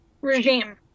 regime